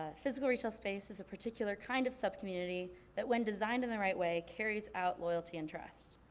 ah physical retail space is a particular kind of sub-community that when designed in the right way carries out loyalty and trust.